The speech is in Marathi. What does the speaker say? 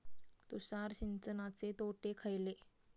तुषार सिंचनाचे तोटे खयले?